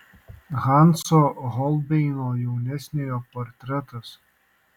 hanso holbeino jaunesniojo portretas